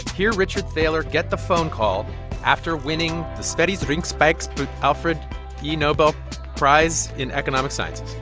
hear richard thaler get the phone call after winning the sveriges riksbank alfred e. nobel prize in economic sciences